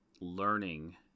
learning